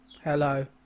hello